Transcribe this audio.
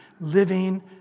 living